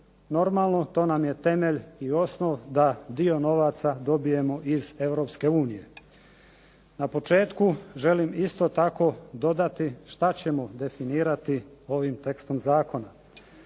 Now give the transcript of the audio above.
normalno to nam je temelj i osnov da dio novaca dobijemo iz Europske unije. Na početku želim isto tako dodati šta ćemo definirati ovim tekstom zakona.